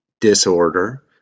disorder